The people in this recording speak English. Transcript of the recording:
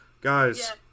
guys